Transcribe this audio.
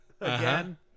again